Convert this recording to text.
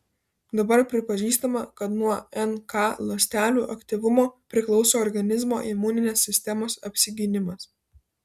dabar pripažįstama kad nuo nk ląstelių aktyvumo priklauso organizmo imuninės sistemos apsigynimas